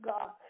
God